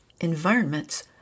environments